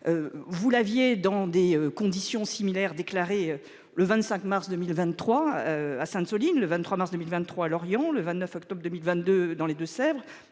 Vous l'aviez dans des conditions similaires. Déclaré le 25 mars 2023 à Sainte-, Soline le 23 mars 2023 à Lorient le 29 octobre 2022 dans les Deux-Sèvres,